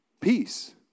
Peace